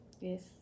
Yes